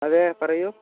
അതെ പറയൂ